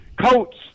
coats